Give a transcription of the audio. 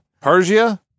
Persia